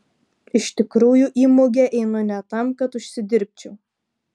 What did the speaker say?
iš tikrųjų į mugę einu ne tam kad užsidirbčiau